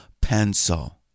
Pencil